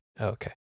okay